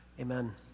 Amen